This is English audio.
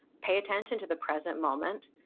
pay attention to the present moment,